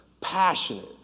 passionate